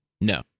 no